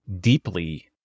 deeply